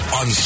on